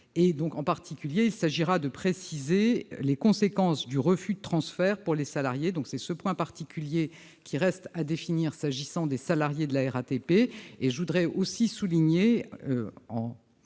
nationale. Il s'agira notamment de préciser les conséquences du refus de transfert pour les salariés. C'est ce point particulier qui reste à définir s'agissant des salariés de la RATP. Je voudrais aussi souligner, en réponse